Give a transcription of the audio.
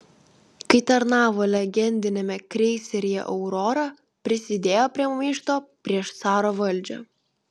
kai tarnavo legendiniame kreiseryje aurora prisidėjo prie maišto prieš caro valdžią